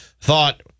thought